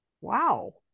Wow